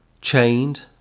Chained